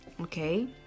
okay